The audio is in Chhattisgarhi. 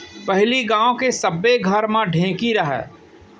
पहिली गांव के सब्बे घर म ढेंकी रहय